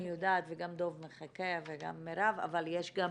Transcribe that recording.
וגם דב מחכה וגם מרב, אבל יש גם